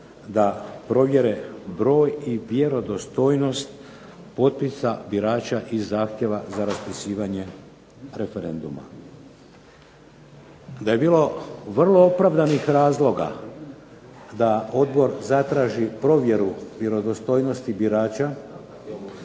da provjere broj i vjerodostojnost potpisa birača i zahtjeva za raspisivanje referenduma. Da je bilo vrlo opravdanih razloga da odbor zatraži provjeru vjerodostojnosti birača,